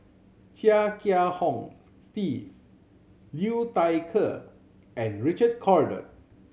Chia Kiah Hong Steve Liu Thai Ker and Richard Corridon